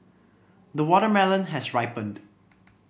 the watermelon has ripened